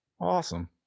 awesome